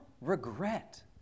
regret